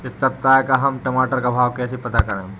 इस सप्ताह का हम टमाटर का भाव कैसे पता करें?